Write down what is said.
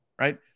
Right